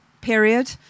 period